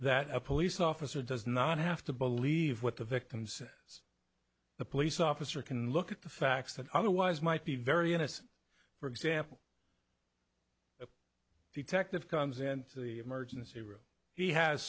that a police officer does not have to believe what the victim said so the police officer can look at the facts that otherwise might be very innocent for example detective comes into the emergency room he has